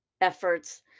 efforts